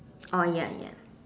oh ya ya